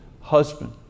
husband